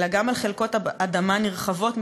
אלא גם על חלקות אדמה נרחבות מסביבן,